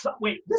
wait